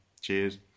Cheers